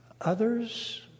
others